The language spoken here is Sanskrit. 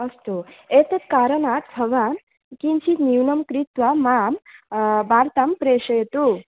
अस्तु एतत् कारणात् भवान् किञ्चित् न्यूनं कृत्वा मां वार्तां प्रेषयतु